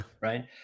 right